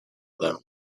them